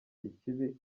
ikibi